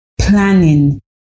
planning